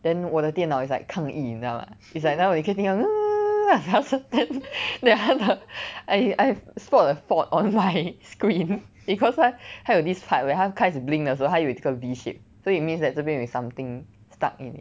then 我的电脑 is like 抗议你知道吗 it's like 那种你可以听到 then then 它的 I I spot a fault on my screen because 它它有 this part where 它开始 blink 的时候它有这个 V shape so it means that 这边有 something stuck in it